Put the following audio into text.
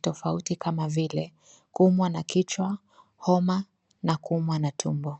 tofauti kama vile kuumwa na kichwa, noma na kuumwa na tumbo.